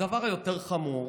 הדבר היותר-חמור